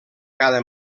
cada